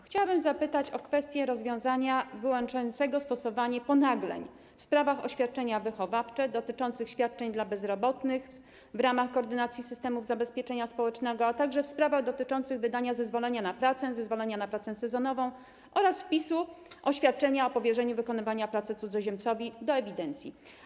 Chciałabym zapytać o kwestię rozwiązania wyłączającego stosowanie ponagleń w sprawach o świadczenia wychowawcze dotyczących świadczeń dla bezrobotnych w ramach koordynacji systemów zabezpieczenia społecznego, a także w sprawach dotyczących wydania zezwolenia na pracę, zezwolenia na pracę sezonową oraz wpisu o świadczenia o powierzeniu wykonywania pracy cudzoziemcowi do ewidencji.